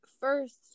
first